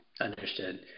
Understood